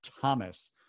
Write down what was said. Thomas